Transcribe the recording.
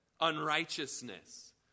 unrighteousness